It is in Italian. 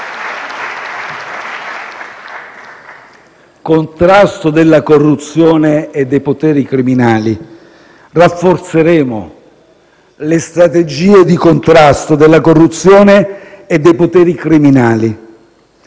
Contrasto della corruzione e dei poteri criminali. Rafforzeremo le strategie di contrasto della corruzione e dei poteri criminali.